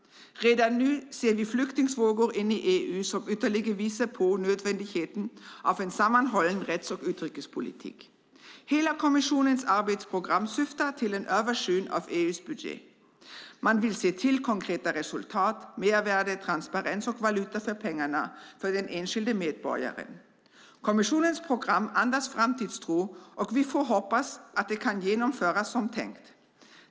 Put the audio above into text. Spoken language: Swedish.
Redan nu ser vi flyktingvågor in i EU som ytterligare visar på nödvändigheten av en sammanhållen rätts och utrikespolitik. Hela kommissionens arbetsprogram syftar till en översyn av EU:s budget. Man vill se konkreta resultat, mervärde, transparens och valuta för pengarna för den enskilde medborgaren. Kommissionens program andas framtidstro. Vi får hoppas att det kan genomföras som tänkt.